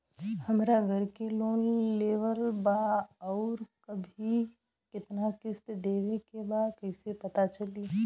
हमरा घर के लोन लेवल बा आउर अभी केतना किश्त देवे के बा कैसे पता चली?